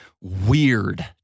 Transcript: weird